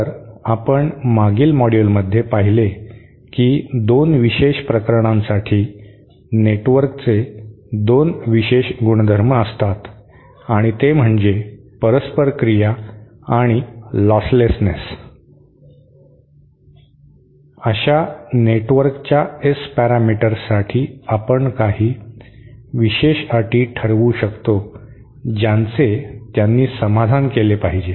तर आपण मागील मॉड्यूलमध्ये पाहिले की 2 विशेष प्रकरणांसाठी नेटवर्कचे 2 विशेष गुणधर्म असतात आणि ते म्हणजे परस्पर क्रिया आणि लॉसलेनेस अशा नेटवर्कच्या S पॅरामीटर्ससाठी आपण काही विशेष अटी ठरवू शकतो ज्यांचे त्यांनी समाधान केले पाहिजे